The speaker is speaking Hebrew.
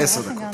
לא סגרנו על שבע.